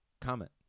comment